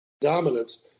dominance